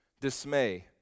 dismay